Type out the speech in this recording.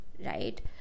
right